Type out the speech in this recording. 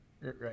right